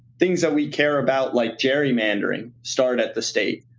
things that we care about, like gerrymandering, start at the state.